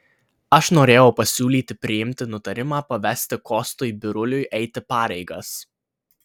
aš norėjau pasiūlyti priimti nutarimą pavesti kostui biruliui eiti pareigas